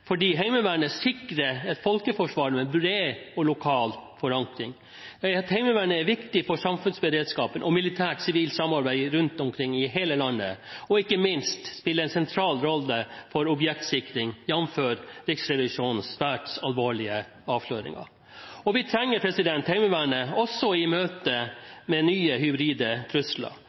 fordi Heimevernet sikrer et folkeforsvar med en bred og lokal forankring. Heimevernet er viktig for samfunnsberedskapen og sivilt-militært samarbeid rundt omkring i hele landet og – ikke minst – spiller en sentral rolle for objektsikring, jamfør Riksrevisjonens svært alvorlige avsløringer. Vi trenger Heimevernet også i møte med nye, hybride trusler.